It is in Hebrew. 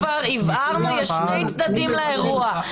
והבהרנו שיש שני צדדים לאירוע.